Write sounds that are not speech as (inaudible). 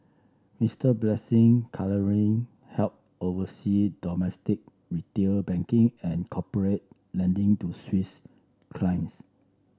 Mister Blessing (unintelligible) help oversee domestic retail banking and corporate lending to Swiss clients